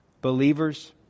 Believers